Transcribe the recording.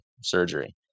surgery